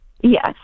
Yes